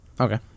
Okay